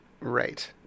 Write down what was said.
Right